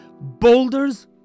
boulders